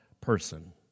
person